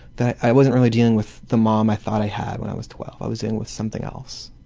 that i wasn't really dealing with the mum um i thought i had when i was twelve i was dealing with something else.